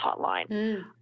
hotline